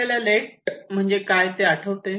आपल्याला नेट म्हणजे काय ते आठवते